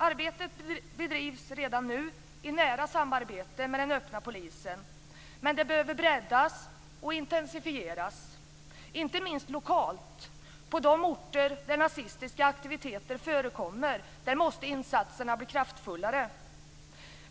Arbetet bedrivs redan nu i nära samarbete med den öppna polisen, men det behöver breddas och intensifieras. Inte minst lokalt, på de orter där nazistiska aktiviteter förekommer, måste insatserna bli kraftfullare.